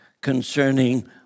concerning